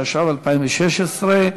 התשע"ו 2016,